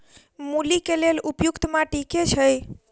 मूली केँ लेल उपयुक्त माटि केँ छैय?